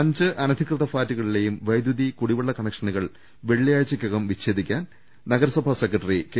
അഞ്ച് അനധികൃത് ഫ്ളാറ്റുകളിലെയും വൈദ്യു തി കുടിവെള്ള കണക്ഷനുകൾ വെള്ളിയാഴ്ചയ്ക്കകം വിച്ചേദിക്കാൻ നഗ രസഭാ സെക്രട്ടറി കെ